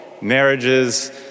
Marriages